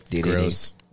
Gross